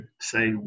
say